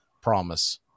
promise